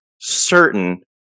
certain